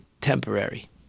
temporary